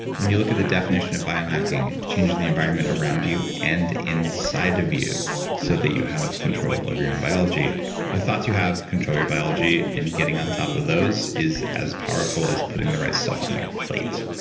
when you look at the definition of bio-hacking and changing the environment around you and inside of you so that you have control of your own biology the thoughts you have control your biology and getting on top of those is as powerful as putting the right stuff on your plate.